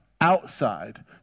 outside